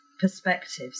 perspectives